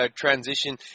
transition